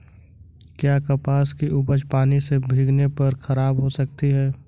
क्या कपास की उपज पानी से भीगने पर खराब हो सकती है?